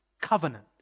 covenant